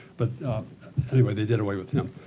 but anyway, they did away with him.